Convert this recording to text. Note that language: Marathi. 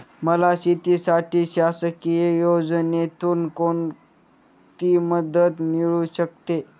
मला शेतीसाठी शासकीय योजनेतून कोणतीमदत मिळू शकते?